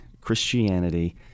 Christianity